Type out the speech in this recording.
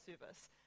service